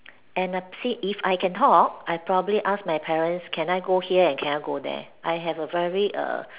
and I see if I can talk I probably ask my parents can I go here and can I go there I have a very err